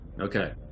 Okay